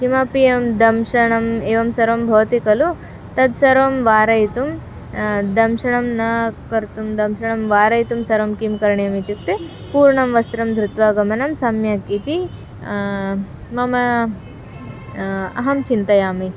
किमपि अहं दंशनम् एवं सर्वं भवति खलु तत्सर्वं वारयितुं दंशनं न कर्तुं दंशणं वारयितुं सर्वं किं करणीयम् इत्युक्ते पूर्णं वस्त्रं धृत्वा गमनं सम्यक् इति मम अहं चिन्तयामि